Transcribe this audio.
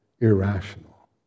irrational